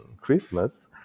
Christmas